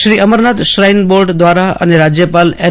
Shri Amarnath shrine board દ્વારા અને રાજ્યપાલ એન